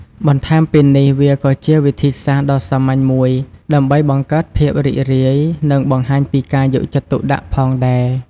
បន្ថែមពីនេះ វាក៏ជាវិធីសាស្ត្រដ៏សាមញ្ញមួយដើម្បីបង្កើតភាពរីករាយ និងបង្ហាញពីការយកចិត្តទុកដាក់ផងដែរ។